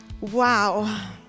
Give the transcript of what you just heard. Wow